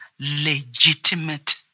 Legitimate